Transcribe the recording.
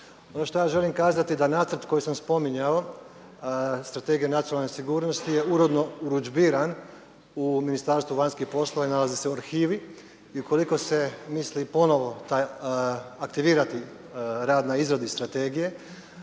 Ono što ja želim kazati da nacrt koji sam spominjao, Strategija nacionalne sigurnosti je uredno urudžbiran u Ministarstvu vanjskih poslova i nalazi se u arhivi. I ukoliko se misli ponovo aktivirati rad na izradi Strategije